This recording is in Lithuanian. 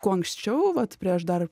kuo anksčiau vat prieš dar